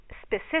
specific